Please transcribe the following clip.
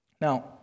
Now